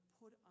put